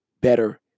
better